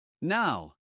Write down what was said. Now